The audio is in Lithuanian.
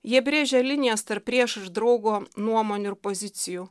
jie brėžia linijas tarp priešo ir draugo nuomonių ir pozicijų